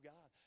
God